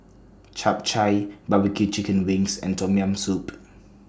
Chap Chai Barbecue Chicken Wings and Tom Yam Soup